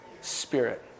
Spirit